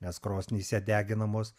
nes krosnyse deginamos